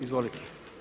Izvolite.